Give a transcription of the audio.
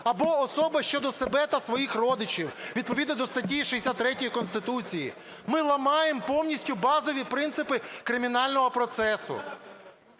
або особа щодо себе та своїх родичів відповідно до статті 63 Конституції. Ми ламаємо повністю базові принципи кримінального процесу.